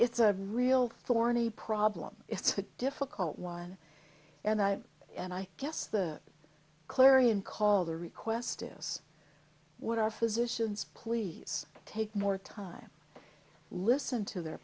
it's a real thorny problem it's a difficult one and i and i guess the clarion call the request is what are physicians please take more time listen to their